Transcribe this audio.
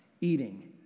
eating